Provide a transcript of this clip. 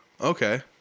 Okay